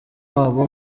wabo